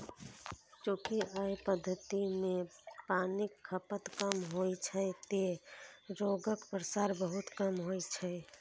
चूंकि अय पद्धति मे पानिक खपत कम होइ छै, तें रोगक प्रसार बहुत कम होइ छै